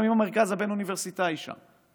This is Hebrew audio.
גם עם המרכז הבין-אוניברסיטאי שם,